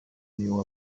knew